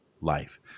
life